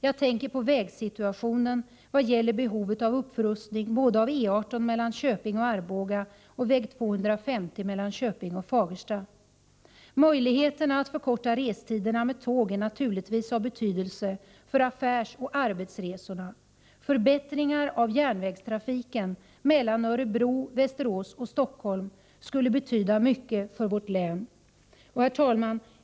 Jag tänker på vägsituationen, speciellt vad gäller behovet av upprustning både av E 18 mellan Köping och Arboga och av väg 250 mellan Köping och Fagersta. Möjligheterna att förkorta restiderna med tåg är givetvis av betydelse för affärsoch arbetsresorna. Förbättringar av järnvägstrafiken mellan Örebro, Västerås och Stockholm skulle betyda mycket för vårt län. Herr talman!